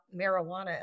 marijuana